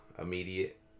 immediate